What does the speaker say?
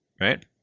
right